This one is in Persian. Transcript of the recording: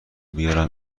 بیارم